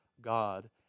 God